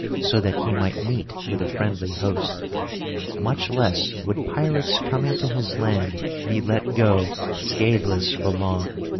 so that he might meet with a friendly host much less would pirates coming to his land be let go scatheless for long,